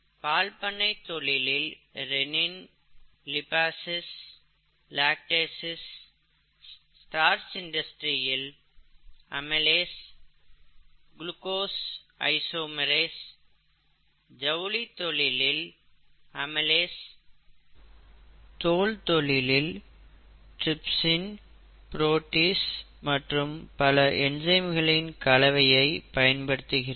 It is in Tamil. பால்பண்ணை தொழிலில் ரென்னின் லிபாசிஸ் லாக்டேசிஸ் ஸ்டார்ச் தொழிலில் அமைலேஸ் க்ளுகோஸ் ஐசோமெரேஸ் ஜவுளி தொழிலில் uses அமைலேஸ் தோல் தொழிலில் டிரிப்சின் ப்ரோடீஸ் மற்றும் பல என்சைம்களின் கலவை பயன்படுத்துகிறார்கள்